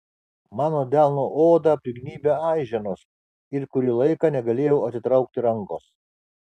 mano delno odą prignybė aiženos ir kurį laiką negalėjau atitraukti rankos